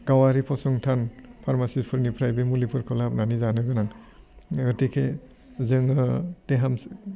गावारि फसंथान फार्मासिफोरनिफ्राय बे मुलिफोरखौ लाबोनानै जानो गोनां गथिखे जोङो